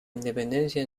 independencia